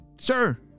Sure